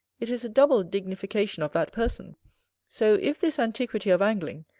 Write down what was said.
it is a double dignification of that person so if this antiquity of angling,